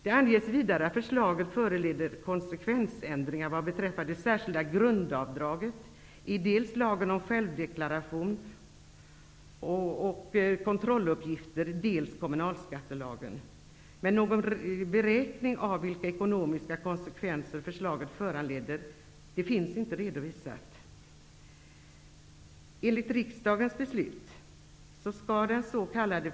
Det anges vidare att förslaget föranleder konsekvensändringar vad beträffar det särskilda grundavdraget i dels lagen om självdeklaration och kontrolluppgifter, dels kommunalskattelagen. Men någon beräkning av vilka ekonomiska konsekvenser förslaget föranleder finns inte redovisat.